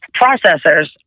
processors